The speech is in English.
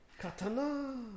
Katana